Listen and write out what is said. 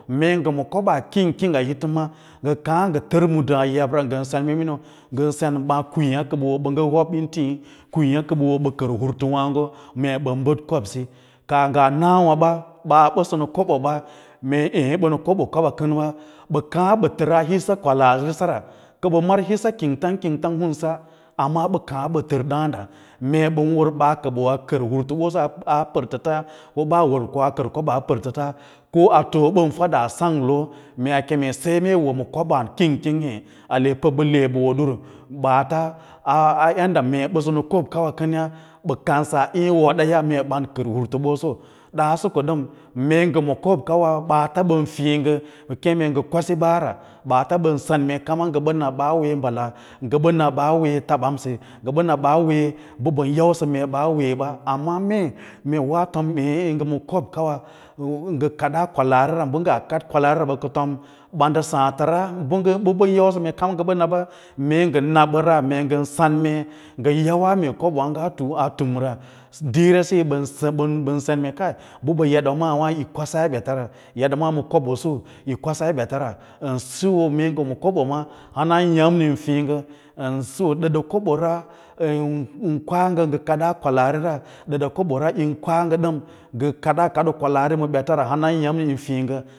Mee ngə ma koɓaa king king a hito ngə kaã ngə yər mudaã yabra, ngən sen mee miniu, ngən sen mee kwiĩya kə ɓə wo ɓə ngə hob intiĩ, kwiĩya kə ɓə wo ɓə kər hurtu wǎǎgo mee ɓən bəd kobsiyi kaa ngaanawaɓa ɓaa ɓəsə ma kobo ɓa mee ěě ɓə ma kobo kamawa ɓə kaã ɓə təraa hiss kwalaari sa ra kə ɓə mar hisa king tang kingtang himsa, amma ɓə kaã ɓə tər dǎǎnda mee ɓan ɓaa kə woa kar hurtu ɓoso a pərtəta ko ɓaa wo a kər koɓaa a pərtəta a too bən fada sauglo mee a keme sai mee wo ma kobə king king hê pə ɓə le ɓə wo duru, ɓaata ɓə haa a yaɗda mee ɓəsə ma kob kawa kənya ɓə kadsa ě wodaya mee ɓan kər hurutuɓo so daaso ko dən mee ngə ma kob kawa ɓaata ɓən tii ngə ɓə keme ngə kwasiɓaara, ɓaata ɓan sen kama ngə na ɓaa wee balaa ngə ɓə na ko ɓaa wee tabanse ngə na ɓaa wee mbə ban yausə ka wee ɓa, amma mee woa tom eẽ ngə ma kob kawa ngə kadaa kwalaari ra, bə ngaa kaɗ kwalaarira ba ka tom ɓan dəsaãtəra ɓa ɓən yausə kama ngə na ɓa, mee ngə na ɓara ngən sen mee ngə yawaa mee kobowaaga a tum ra diira siyo bən sen mee bəɓa edamaawiyi kwaɓaa ɓetara eɗa maa ma kob ꞌusu yi kwasan ɓetara ən siyo mee ngə kobo ma hanayamni yin fiĩ ngə kobo ma hana yamni yin fiĩ ngə ən siyo ɗəda kobora ən kwa ngə ngə kadaa kwalaari ma, ɗəɗa kobora yim kwa ngə ɗəm ngə kaɗa kaɗoo kwalaariwa ma ɓeta ra, hanayamni yin fiĩ ngə.